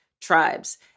tribes